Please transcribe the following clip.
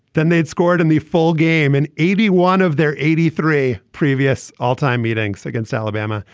then they'd scored in the full game and eighty one of their eighty three previous all time meetings against alabama.